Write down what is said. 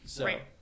Right